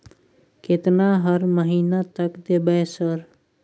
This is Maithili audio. केतना हर महीना तक देबय सर?